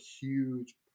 huge